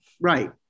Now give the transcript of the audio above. Right